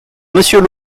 monsieur